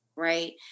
right